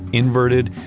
inverted,